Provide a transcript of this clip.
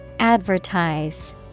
Advertise